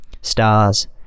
stars